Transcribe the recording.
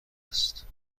است